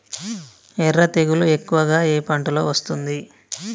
ఎర్ర తెగులు ఎక్కువగా ఏ పంటలో వస్తుంది?